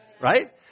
Right